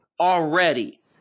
already